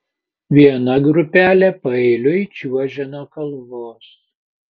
viena grupelė paeiliui čiuožė nuo kalvos